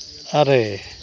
ᱟᱨᱮ